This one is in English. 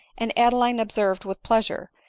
and adeline observed, with pleasure,